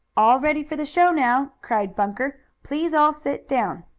all ready for the show now! cried bunker. please all sit down!